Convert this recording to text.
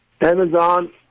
Amazon